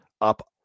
up